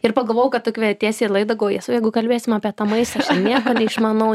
ir pagalvojau kad tu kvietiesi į laidą galvoju jėzau jeigu kalbėsim apie tą maistą aš nieko neišmanau